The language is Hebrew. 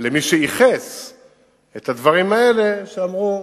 למי שייחס את הדברים האלה שאמרו.